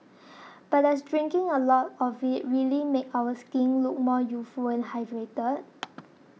but does drinking a lot of it really make our skin look more youthful and hydrated